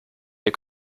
wir